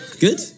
Good